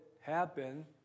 happen